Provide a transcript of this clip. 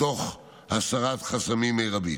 ותוך הסרת חסמים מרבית.